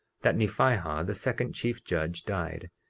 that nephihah, the second chief judge, died,